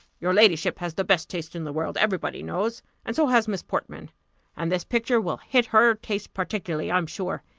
your ladyship has the best taste in the world, every body knows and so has miss portman and this picture will hit her taste particularly, i'm sure.